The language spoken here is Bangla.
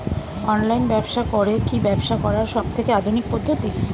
অনলাইন ব্যবসা করে কি ব্যবসা করার সবথেকে আধুনিক পদ্ধতি?